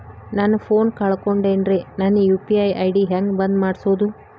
ನನ್ನ ಫೋನ್ ಕಳಕೊಂಡೆನ್ರೇ ನನ್ ಯು.ಪಿ.ಐ ಐ.ಡಿ ಹೆಂಗ್ ಬಂದ್ ಮಾಡ್ಸೋದು?